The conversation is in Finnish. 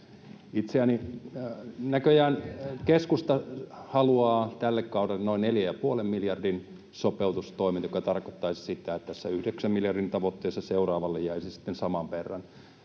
puhemies! Näköjään keskusta haluaa tälle kaudelle noin 4,5 miljardin sopeutustoimet, mikä tarkoittaisi sitä, että tässä yhdeksän miljardin tavoitteessa seuraavalle jäisi sitten saman verran.